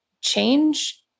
change